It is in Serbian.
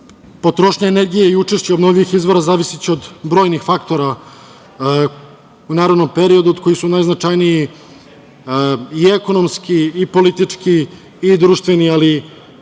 Potrošnja energije i učešća obnovljivih izvora zavisiće od brojnih faktora u narednom periodu od kojih su najznačajniji i ekonomski i politički i društveni, ali i